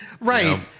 Right